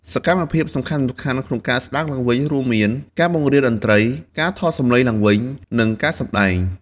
សកម្មភាពសំខាន់ៗក្នុងកាស្ដារឡើងវិញរួមមាន ការបង្រៀនតន្ត្រី ការថតសំឡេងឡើងវិញ និងការសម្តែង។